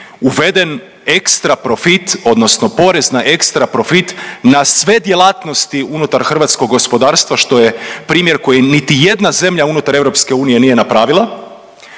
uveden ekstra profit odnosno porez na ekstra profit na sve djelatnosti unutar hrvatskog gospodarstva što je primjer koji niti jedna zemlja unutar EU nije napravila